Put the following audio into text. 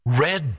Red